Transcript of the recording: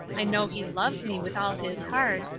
i know he loves me with all his heart,